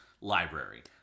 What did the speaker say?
library